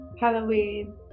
halloween